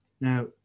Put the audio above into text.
now